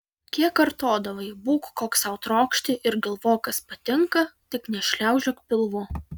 kiek kartodavai būk koks sau trokšti ir galvok kas patinka tik nešliaužiok pilvu